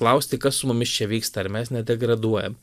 klausti kas su mumis čia vyksta ar mes nedegraduojam